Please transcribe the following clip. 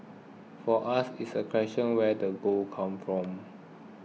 for us it's a question of where the gold comes from